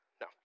No